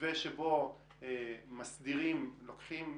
מתווה שבו מסדירים, לוקחים